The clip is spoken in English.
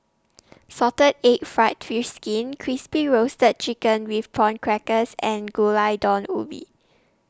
Salted Egg Fried Fish Skin Crispy Roasted Chicken with Prawn Crackers and Gulai Daun Ubi